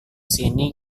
sini